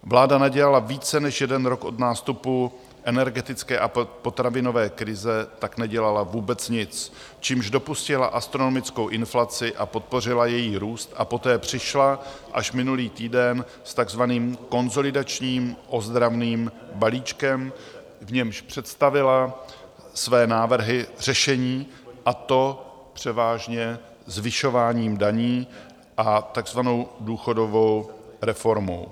Vláda nedělala více než jeden rok od nástupu energetické a potravinové krize vůbec nic, čímž dopustila astronomickou inflaci, podpořila její růst a poté přišla až minulý týden s takzvaným konsolidačním ozdravným balíčkem, v němž představila své návrhy řešení, a to převážně zvyšováním daní a takzvanou důchodovou reformou.